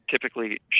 typically